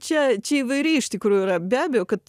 čia čia įvairiai iš tikrųjų yra be abejo kad